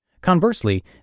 Conversely